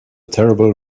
terrible